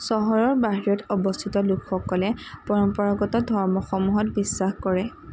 চহৰৰ বাহিৰত অৱস্থিত লোকসকলে পৰম্পৰাগত ধৰ্মসমূহত বিশ্বাস কৰে